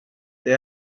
det